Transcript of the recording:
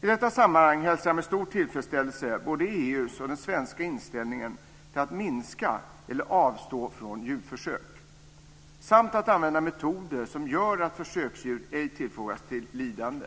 I detta sammanhang hälsar jag med stor tillfredsställelse både EU:s och den svenska inställningen till att minska eller avstå från djurförsök samt att använda metoder som gör att försöksdjur ej tillfogas lidande.